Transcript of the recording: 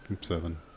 seven